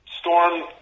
storm